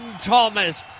Thomas